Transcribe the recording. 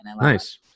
Nice